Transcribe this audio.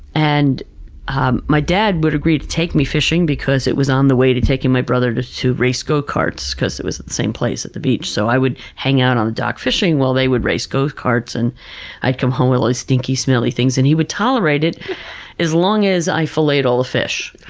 and ah my dad would agree to take me fishing because it was on the way to taking my brother to to race go-karts, because it was at the same place, at the beach. so i would hang out on the dock fishing while they would race go-karts, and i'd come home with all these stinky, smelly things. and he would tolerate it as long as i filleted all the fish.